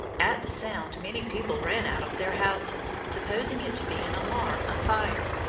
at the sound many people ran out of their houses, supposing it to be an alarm of fire.